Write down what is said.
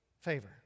favor